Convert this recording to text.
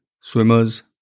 swimmers